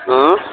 ہوں